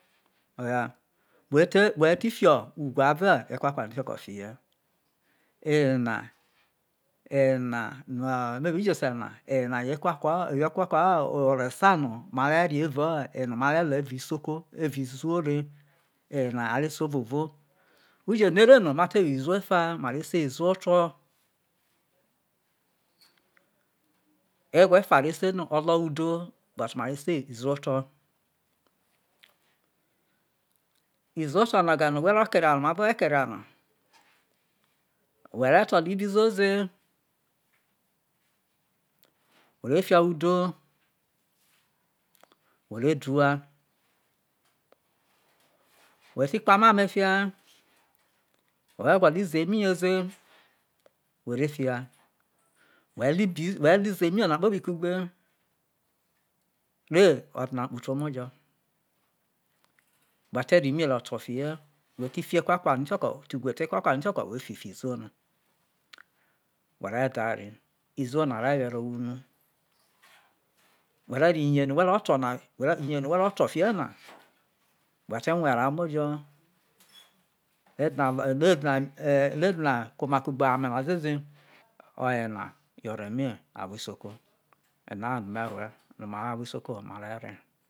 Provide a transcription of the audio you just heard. wete we ti fio ugwe aro ekwakwa no ikioko fi ye eye na eye na yo no me bi dhese na yo ekwakwa ore sa no mare re evao mare lo evao isoko evao iziwo re eno are se ovovo uje no ere no ma te wo iziowo ofa mare sai iziowo oto egwo efa a re sai no oloudo mare sai iziwo oto iziwo oto na ga no mavo we keria na we re to lo ibi ziovo ze we fia ho udo whe re dua who ve kwo omo ame fia wo ve gwolo izo imiyeze who re fia wo re lo izo imiye na kpobi kugbe re o dina kputa omojo who re te ro imiye ro to fi ye re who re te fi ekwa kwa ni kioko te ugwe te ekwakwa ni kioko ro fi fio iziwo na were da ri se iziwo na re were owhe unu, where ro iyeno we ro to fi ye na were te gwe rai omojo we dina e dina kuoi oma kugbe ame an omojo oyena yo ore mi ahwo isoko oyena oye me rue no ma re re.